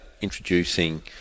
introducing